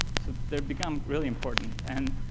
so they become really important. and